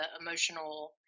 emotional